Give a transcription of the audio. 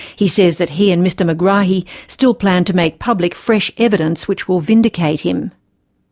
he says that he and mr megrahi still plan to make public fresh evidence which will vindicate him.